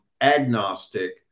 agnostic